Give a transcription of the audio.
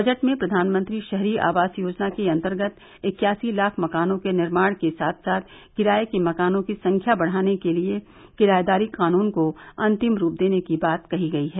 budget में प्रधानमंत्री शहरी आवास योजना के अंतर्गत इक्यासी लाख मकानों के निर्माण के साथ साथ किराए के मकानों की संख्या बढ़ाने के लिए किराएदारी कानून को अंतिम रूप देने की बात कही गई है